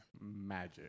Magic